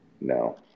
No